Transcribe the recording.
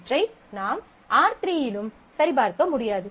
அவற்றை நாம் R3 யிலும் சரிபார்க்க முடியாது